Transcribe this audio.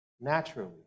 naturally